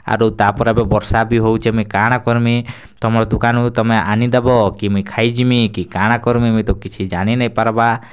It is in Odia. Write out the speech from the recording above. ଆରୁ ତା'ପରେ ବି ବର୍ଷା ବି ହଉଛେ ମୁଇଁ କାଣା କର୍ମି ତୁମର୍ ଦୁକାନରୁ ତୁମେ ଆନି ଦେବ କି ମୁଇଁ ଖାଇ ଯିମି କି କାଣା କର୍ମି ମୁଇଁ ତ କିଛି ଜାଣି ନେଇ ପାର୍ବା